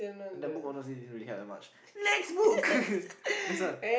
and that book honestly didn't really have that much next book next one